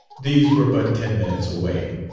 these were but ten minutes away.